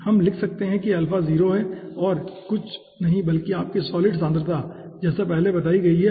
तो हम लिख सकते हैं कि अल्फा 0 है और कुछ नहीं बल्कि आपकी सॉलिड सांद्रता है जैसी पहले बताई गई है